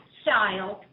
style